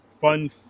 Fun